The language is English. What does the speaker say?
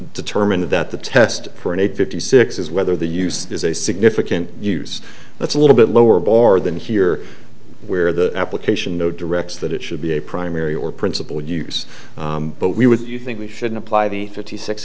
determined that the test for an eight fifty six is whether the use is a significant use that's a little bit lower bar than here where the application no directs that it should be a primary or principal use but we would you think we should apply the fifty six